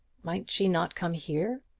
might she not come here?